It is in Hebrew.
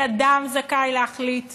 כי אדם זכאי להחליט